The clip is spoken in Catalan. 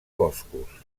boscos